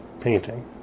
painting